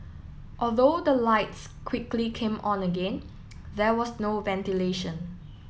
although the lights quickly came on again there was no ventilation